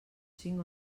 cinc